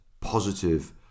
positive